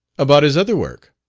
about his other work?